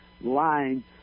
line